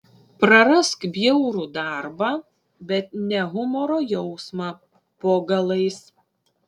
prarask bjaurų darbą bet ne humoro jausmą po galais